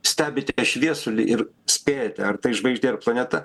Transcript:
stebite šviesulį ir spėjate ar tai žvaigždė ar planeta